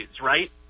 right